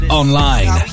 online